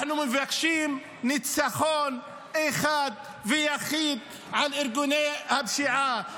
אנחנו מבקשים ניצחון אחד ויחיד, על ארגוני הפשיעה.